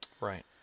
Right